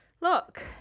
Look